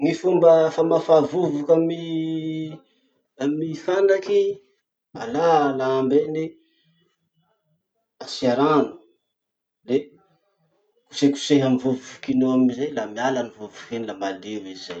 Gny fomba famafà vovoky amy fanaky: alà lamba iny, asia rano, le kosekosehy amy vovoky iny eo amizay la miala any vovoky iny la malio izy zay.